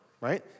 right